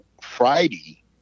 Friday